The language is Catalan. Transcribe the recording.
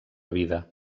vida